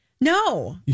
No